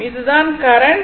இது தான் கரண்ட்